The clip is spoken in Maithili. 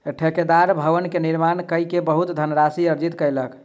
ठेकेदार भवन के निर्माण कय के बहुत धनराशि अर्जित कयलक